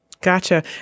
Gotcha